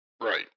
Right